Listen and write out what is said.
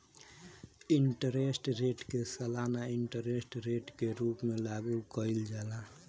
interest rate के सालाना interest rate के रूप में लागू कईल जाला